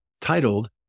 titled